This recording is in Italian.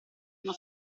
uno